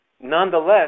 nonetheless